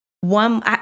one